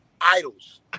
idols